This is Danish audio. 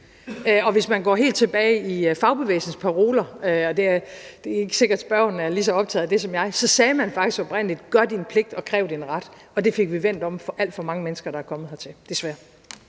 Og hvis man går helt tilbage til fagbevægelsens paroler – det er ikke sikkert, at spørgeren er lige så optaget af det som jeg – sagde man faktisk oprindelig: Gør din pligt, og kræv din ret. Og det fik vi vendt om for alt for mange mennesker, der er kommet hertil, desværre.